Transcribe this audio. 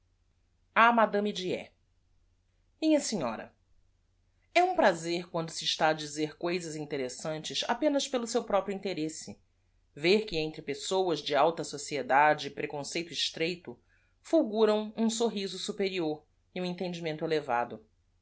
de inha enhora um prazer quando se está a dizer coisas interessantes apenas pelo seu próprio interesse er que entre pessoas de alta sociedade e preconceito estreito fulguram um sorriso superior e um entendimento elevado